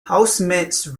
housemates